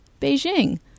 Beijing